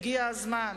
הגיע הזמן,